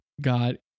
God